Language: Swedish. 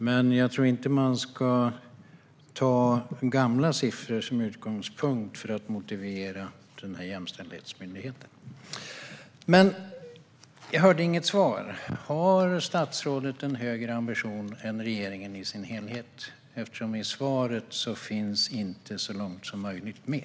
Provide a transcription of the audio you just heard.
Men jag tror inte att man ska ta gamla siffror som utgångspunkt för att motivera denna jämställdhetsmyndighet. Jag hörde inget svar på min fråga om statsrådet har en högre ambition än regeringen i dess helhet. I interpellationssvaret finns nämligen inte "så långt som möjligt" med.